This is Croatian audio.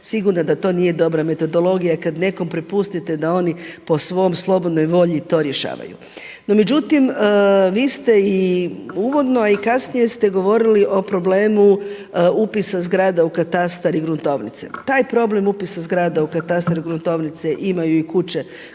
sigurna da to nije dobra metodologija kada nekom prepustite da oni po svom slobodnoj volji to rješavaju. No međutim, vi ste uvodno i kasnije ste govorili o problemu upisa zgrada u katastar i gruntovnice. Taj problem upisa zgrada u katastar i gruntovnice imaju i kuće